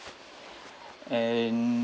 and